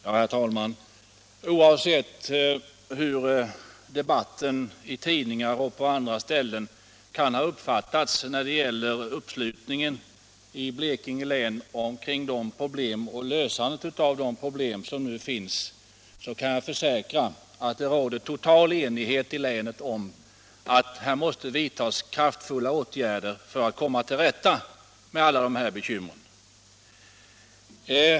Herr talman! Oavsett hur debatten i tidningar och på andra ställen kan ha uppfattats när det gäller uppslutningen i Blekinge län kring lösandet av de problem som nu finns, så kan jag försäkra att det råder total enighet i länet om att man måste vidta kraftfulla åtgärder för att komma till rätta med alla dessa bekymmer.